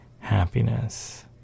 happiness